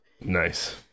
nice